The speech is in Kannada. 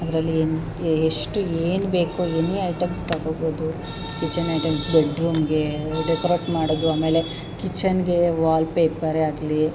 ಅದರಲ್ಲಿ ಏನು ಎಷ್ಟು ಏನು ಬೇಕೋ ಎನಿ ಐಟೆಮ್ಸ್ ತಗೋಬೋದು ಕಿಚನ್ ಐಟಮ್ಸ್ ಬೆಡ್ ರೂಮಿಗೇ ಡೆಕೊರೇಟ್ ಮಾಡೋದು ಆಮೇಲೆ ಕಿಚನ್ನಿಗೆ ವಾಲ್ ಪೇಪರೇ ಆಗಲೀ